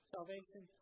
Salvation